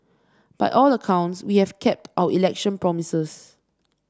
by all the accounts we have kept our election promises